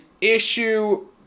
issue